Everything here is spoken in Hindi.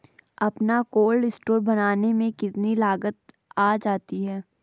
अपना कोल्ड स्टोर बनाने में कितनी लागत आ जाती है?